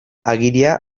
agiria